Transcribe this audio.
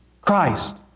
Christ